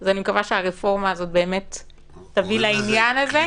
אז אני מקווה שהרפורמה תועיל לעניין הזה.